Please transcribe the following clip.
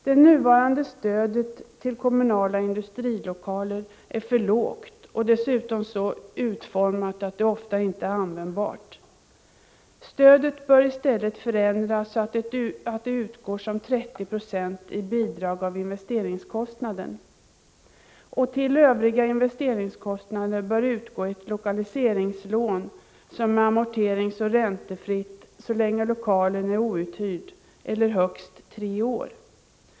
Det nuvarande stödet till kommunala industrilokaler är för lågt och dessutom så utformat att det ofta inte är användbart. Stödet bör förändras så att bidrag utgår med 30 90 av investeringskostnaden. För att täcka övriga investeringskostnader bör det utgå ett lokaliseringslån som är amorteringsoch räntefritt så länge lokalen är outhyrd eller i högst tre år.